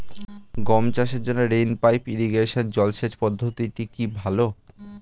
গম চাষের জন্য রেইন পাইপ ইরিগেশন জলসেচ পদ্ধতিটি কি ভালো?